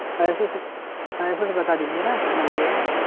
پیسے ویسے پیسے ویسے بتا دیجیے نا کتنا لگے گا